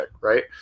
right